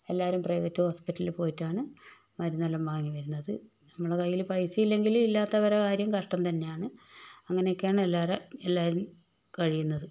എല്ലാവരും പ്രൈവറ്റ് ഹോസ്പിറ്റലിൽ പോയിട്ടാണ് മരുന്നെല്ലാം വാങ്ങി വരുന്നത് നമ്മുടെ കയ്യിൽ പൈസ ഇല്ലെങ്കിൽ ഇല്ലാത്തവരുടെ കാര്യം കഷ്ടം തന്നെയാണ് അങ്ങനെയൊക്കെയാണ് എല്ലാരേം എല്ലാവരും കഴിയുന്നത്